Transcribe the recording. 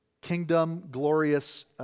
kingdom-glorious